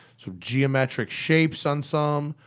some geometric shapes on some,